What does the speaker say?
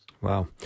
Wow